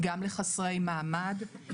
גם לחסרי מעמד,